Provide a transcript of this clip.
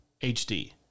HD